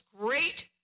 great